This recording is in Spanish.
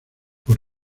por